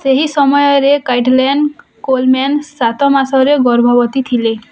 ସେହି ସମୟରେ Kaitlyn Coleman ସାତ ମାସର ଗର୍ଭବତୀ ଥିଲେ